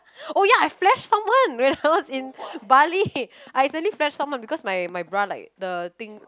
oh ya I flashed someone when I was in Bali I acidentally flashed someone because my bra like the thing